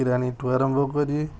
କିରାଣୀ ଠୁ ଆରମ୍ଭ କରି